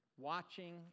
watching